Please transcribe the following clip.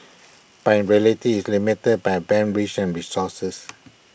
but in reality is limited by Band wish and resources